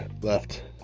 left